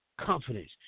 Confidence